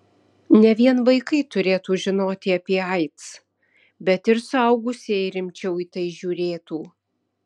ne vien vaikai turėtų žinoti apie aids bet ir suaugusieji rimčiau į tai žiūrėtų